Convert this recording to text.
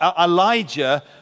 Elijah